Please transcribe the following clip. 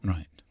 Right